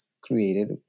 created